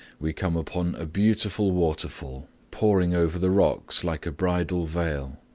we come upon a beautiful waterfall pouring over the rocks like a bridal veil.